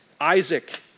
Isaac